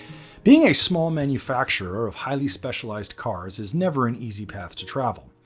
being a small manufacturer of highly specialized cars is never an easy path to travel.